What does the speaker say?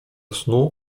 snu